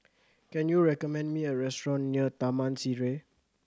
can you recommend me a restaurant near Taman Sireh